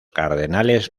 cardenales